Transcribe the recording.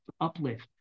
uplift